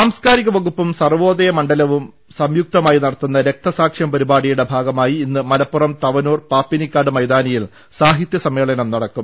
സാംസ് കാരിക വകുപ്പും സർവോദയ മണ്ഡലവും സംയുക്തമായി നടത്തുന്ന രക്തസാക്ഷ്യം പരിപാടിയുടെ ഭാഗമായി ഇന്ന് മലപ്പുറം തവനൂർ പാപ്പിനിക്കാട് മൈതാനിയിൽ സാഹിത്യ സമ്മേളനം നടക്കും